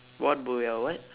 what be our what